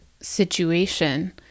situation